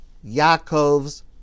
Yaakov's